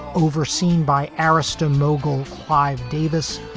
overseen by arista mogul clive davis,